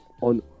on